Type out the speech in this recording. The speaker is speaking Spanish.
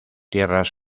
tierras